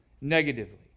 negatively